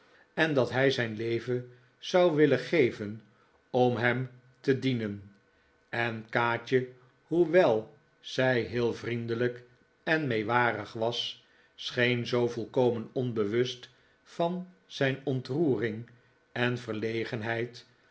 en dat hij zijn leven zou willen geven om hem te dienen en kaatje hoewel zij heel vriendelijk en meewarig was scheen zoo volkomen onbewust van zijn ontroering en verlegenheid